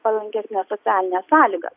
palankesnes socialines sąlygas